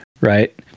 right